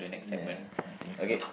yeah I think so